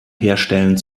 herstellen